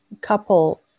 couple